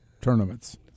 tournaments